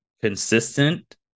consistent